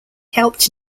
helped